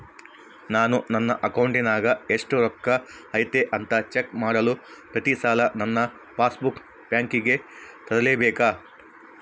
ನಾನು ನನ್ನ ಅಕೌಂಟಿನಾಗ ಎಷ್ಟು ರೊಕ್ಕ ಐತಿ ಅಂತಾ ಚೆಕ್ ಮಾಡಲು ಪ್ರತಿ ಸಲ ನನ್ನ ಪಾಸ್ ಬುಕ್ ಬ್ಯಾಂಕಿಗೆ ತರಲೆಬೇಕಾ?